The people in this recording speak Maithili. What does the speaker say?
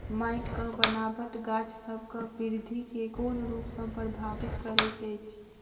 माइटक बनाबट गाछसबक बिरधि केँ कोन रूप सँ परभाबित करइत अछि?